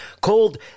called